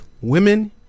women